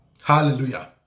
Hallelujah